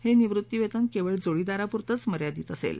हे निवृत्तीवेतन केवळ जोडीदारापुरतेच मर्यादित असेल